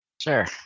Sure